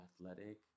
athletic